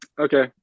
Okay